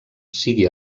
sigui